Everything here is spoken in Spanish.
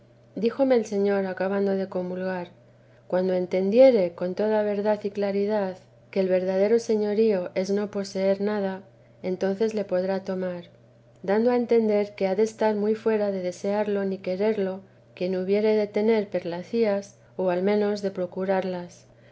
díjome el señor acabando de comulgar cuando entendiere con toda verdad y claridad que el verdadero señorío es no poseer nada entonces le podrá tomar dando a entender que ha de estar muy fuera de desearlo ni quererlo quien hubiere de tener perladas o al menos de procurarlas